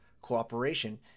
cooperation